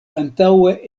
antaŭe